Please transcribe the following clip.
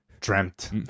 dreamt